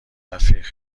رفیق